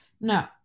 No